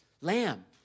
lamb